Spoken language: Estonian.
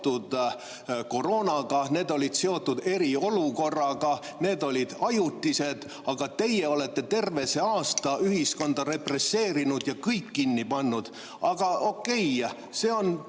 koroonaga, need olid seotud eriolukorraga, need olid ajutised, aga teie olete terve see aasta ühiskonda represseerinud ja kõik kinni pannud. Okei, siin